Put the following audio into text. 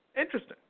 interesting